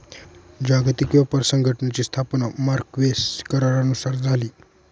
जागतिक व्यापार संघटनेची स्थापना मार्क्वेस करारानुसार झाली